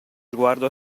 sguardo